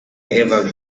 ever